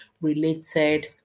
related